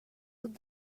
grup